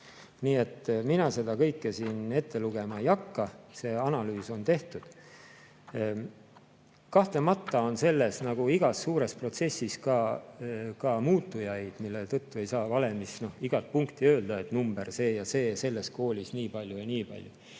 Nii et mina seda kõike siin ette lugema ei hakka, see analüüs on tehtud. Kahtlemata on selles, nagu igas suures protsessis, ka muutujaid, mille tõttu ei saa valemis igat punkti [täpselt] öelda, et number see ja see, selles koolis nii palju ja nii palju.